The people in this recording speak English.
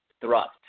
thrust